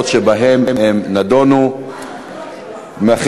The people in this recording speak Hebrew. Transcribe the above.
האכיפה ולשמירה על ביטחון הציבור (חילוט וסמכויות פיקוח) (תיקוני חקיקה),